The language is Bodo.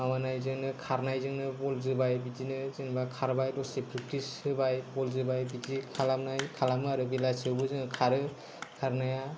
माबानायजोंनो खारनायजोंनो बल जोबाय बिदिनो जेनेबा खारबाय दसे प्रेक्टिस होबाय बल जोबाय ओमफ्राय बिदि खालामनाय खालामो आरो बेलासियावबो जोङो खारो खारनाया